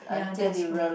ya that's